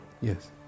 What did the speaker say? Yes